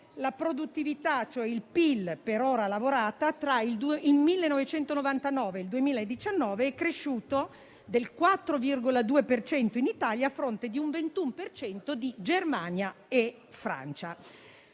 la produttività, cioè il PIL per ora lavorata, tra il 1999 e il 2019 è cresciuto del 4,2 per cento in Italia, a fronte di un 21 per cento circa di Germania e Francia.